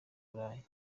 burayi